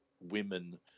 women